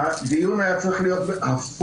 הדיון היה צריך להיות הפוך,